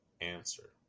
answer